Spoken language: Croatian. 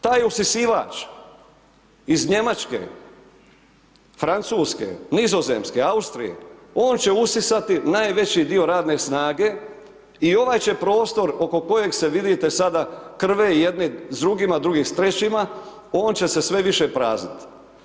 Taj usisivač iz Njemačke, Francuske, Nizozemske, Austrije, on će usisati najveći dio radne snage i ovaj će prostor oko kojeg se vidite sada krve jedni s drugima a drugi s trećima on će se sve više prazniti.